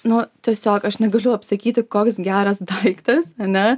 nu tiesiog aš negaliu apsakyti koks geras daiktas ane